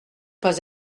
pas